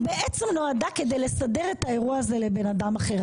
היא בעצם נועדה כדי לסדר את האירוע הזה לבן אדם אחר.